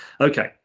Okay